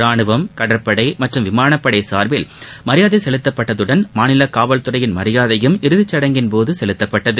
ரானுவம் கடற்படை மற்றும் விமானப்படை சார்பில் மரியாதை செலுத்தப்பட்டதுடன் மாநில காவல்துறையின் மரியாதையும் இறுதிச்சுடங்கின் போது செலுத்தப்பட்டது